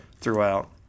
throughout